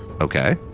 okay